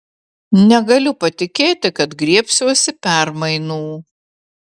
negaliu patikėti kad griebsiuosi permainų